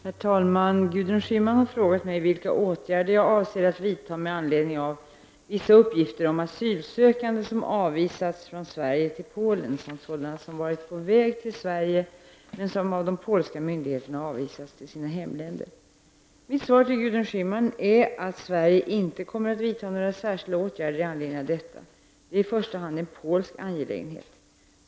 Herr talman! Gudrun Schyman har frågat mig vilka åtgärder jag avser att vidta med anledning av vissa uppgifter om asylsökande som avvisats från Sverige till Polen samt sådana som varit på väg till Sverige men som av de polska myndigheterna avvisats till sina hemländer. Mitt svar till Gudrun Schyman är att Sverige inte kommer att vidta några särskilda åtgärder i anledning av detta. Det är i första hand en polsk angelägenhet.